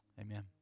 Amen